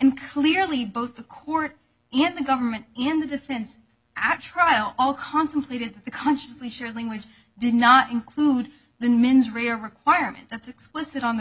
and clearly both the court and the government and the defense at trial all contemplated consciously surely which did not include the mens rea a requirement that's explicit on the